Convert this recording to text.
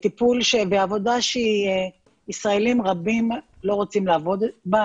זה טיפול בעבודה שישראלים רבים לא רוצים לעבוד בה.